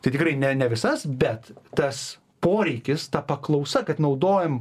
tai tikrai ne ne visas bet tas poreikis ta paklausa kad naudojam